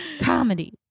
Comedy